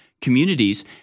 communities